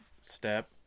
step